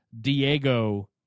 Diego